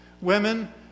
Women